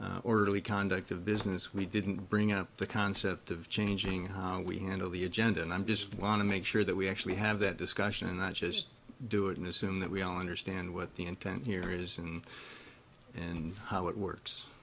of orderly conduct of business we didn't bring up the concept of changing how we handle the agenda and i'm just want to make sure that we actually have that discussion and not just do it and assume that we all understand what the intent here is and and how it works